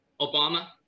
Obama